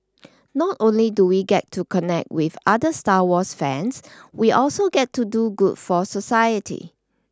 not only do we get to connect with other Star Wars fans we also get to do good for society